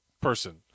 person